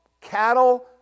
cattle